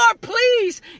please